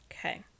Okay